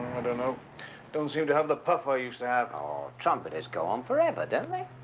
don't know don't seem to have the puff i used to have. oh trumpeters go on forever don't they?